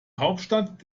hauptstadt